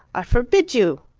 i forbid you!